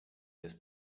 this